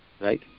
right